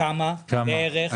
כמה בערך?